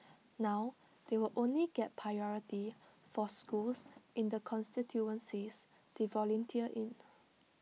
now they will only get priority for schools in the constituencies they volunteer in